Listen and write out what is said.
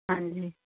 ਹਾਂਜੀ